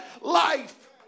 life